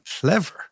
clever